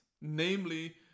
namely